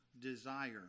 Desire